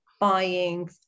buying